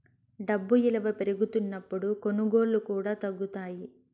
డబ్బు ఇలువ పెరుగుతున్నప్పుడు కొనుగోళ్ళు కూడా తగ్గుతాయి